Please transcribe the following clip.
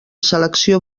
selecció